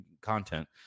content